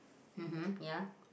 mmhmm ya